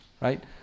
right